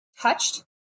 touched